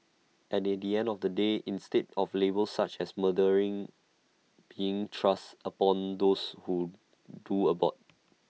and at the end of the day instead of labels such as murderer being thrust upon those who do abort